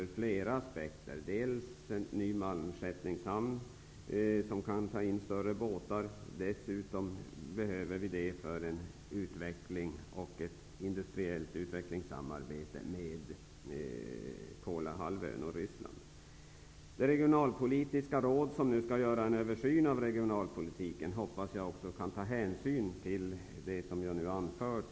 Det gäller bl.a. en ny malmskeppningshamn som kan ta in större båtar. En hamn behövs också för ett industriellt utvecklingssamarbete med Kolahalvön och Jag hoppas att det regionalpolitiska råd som nu skall göra en översyn av regionalpolitiken tar hänsyn till vad jag har anfört.